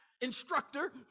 instructor